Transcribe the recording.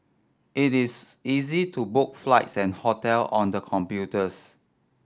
it is easy to book flights and hotel on the computers